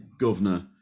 governor